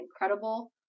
incredible